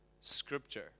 scripture